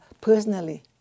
personally